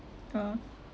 ah